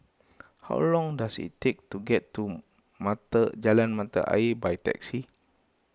how long does it take to get to Mata Jalan Mata Ayer by taxi